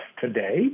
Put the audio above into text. today